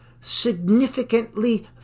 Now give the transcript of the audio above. Significantly